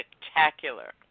spectacular